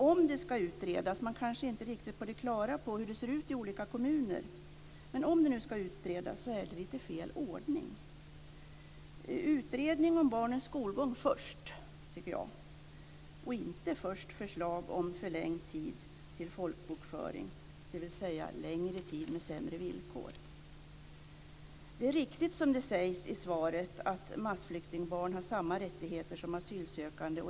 Om det ska utredas - man är kanske inte på det klara med hur det ser ut i olika kommuner - sker det i fel ordning. Jag tycker att det först ska göras en utredning om barnens skolgång, och inte om förlängd tid till folkbokföring, dvs. längre tid med sämre villkor. Det är riktigt, som sägs i svaret, att massflyktingbarn har samma rättigheter som asylsökande.